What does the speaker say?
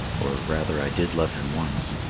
or rather i did love him once,